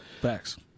facts